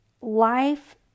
life